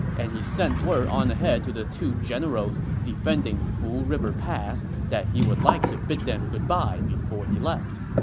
and he sent word on ahead to the two generals defending fu river pass that he would like to bid them goodbye before he left.